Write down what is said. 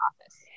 office